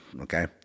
okay